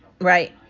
Right